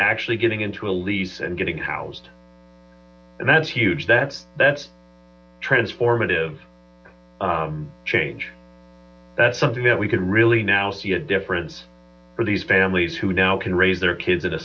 actually getting into a lease and getting housed and that's huge that's that's transformative change that's something that we can really now see a difference for these families who now can raise their kids in a